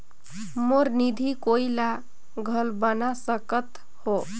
मोर निधि कोई ला घल बना सकत हो?